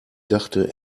dachte